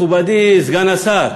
מכובדי סגן השר,